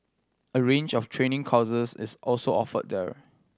a range of training courses is also offered there